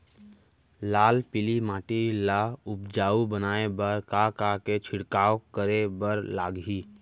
लाल पीली माटी ला उपजाऊ बनाए बर का का के छिड़काव करे बर लागही?